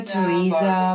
Teresa